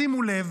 שימו לב,